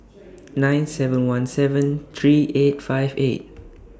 nine seven one seven three eight five eight